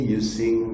using